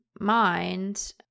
mind